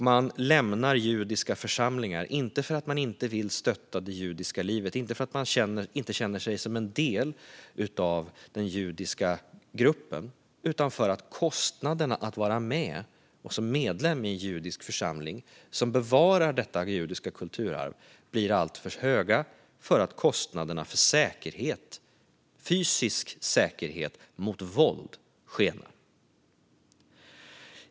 Man lämnar judiska församlingar - inte för att man inte vill stötta det judiska livet, inte för att man inte känner sig som en del av den judiska gruppen utan för att kostnaderna för att vara medlem i en judisk församling som bevarar detta judiska kulturarv blir alltför höga då kostnaderna för fysisk säkerhet mot våld skenar.